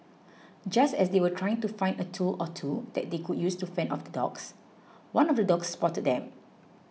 just as they were trying to find a tool or two that they could use to fend off the dogs one of the dogs spotted them